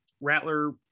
Rattler